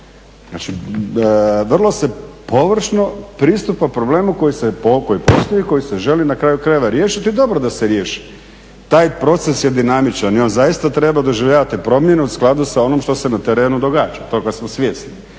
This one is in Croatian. Znači vrlo se površno pristupa problemu koji se … koji se želi na kraju krajeva riješiti i dobro da se riješi. Taj proces je dinamičan i on zaista treba doživljavati promjene u skladu sa onim što se na terenu događa. Toga smo svjesni.